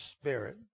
spirit